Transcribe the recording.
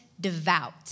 devout